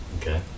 okay